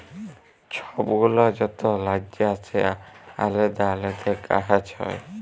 ছব গুলা যত রাজ্যে আসে আলেদা আলেদা গাহাচ হ্যয়